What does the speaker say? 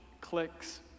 clicks